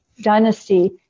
dynasty